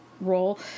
role